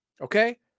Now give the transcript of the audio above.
Okay